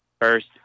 First